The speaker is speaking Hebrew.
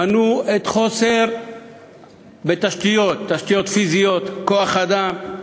מנו את החוסר בתשתיות, תשתיות פיזיות, כוח-אדם,